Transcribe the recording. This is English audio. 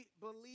believe